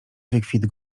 wykwit